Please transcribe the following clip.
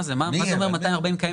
מה זה אומר 240 קיימים?